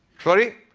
sorry?